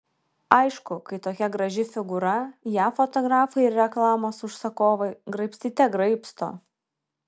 aišku kai tokia graži figūra ją fotografai ir reklamos užsakovai graibstyte graibsto